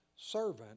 servant